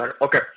Okay